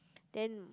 then